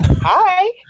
Hi